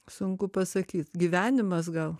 sunku pasakyt gyvenimas gal